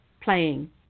playing